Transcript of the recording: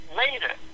later